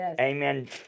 Amen